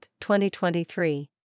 2023